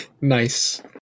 nice